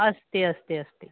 अस्ति अस्ति अस्ति